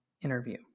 interview